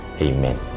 Amen